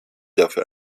dafür